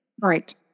Right